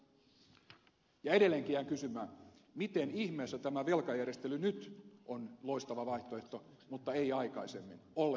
ja edelleenkin jään kysymään miten ihmeessä tämä velkajärjestely nyt on loistava vaihtoehto mutta ei aikaisemmin ollut ollenkaan mahdollista